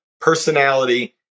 personality